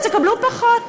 אז תקבלו פחות.